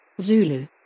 Zulu